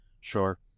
Sure